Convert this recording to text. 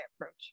approach